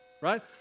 right